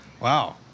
wow